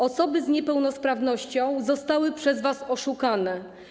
Osoby z niepełnosprawnością zostały przez was oszukane.